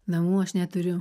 namų aš neturiu